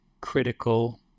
critical